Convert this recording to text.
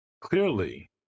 clearly